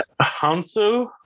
Hansu